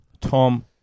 Tom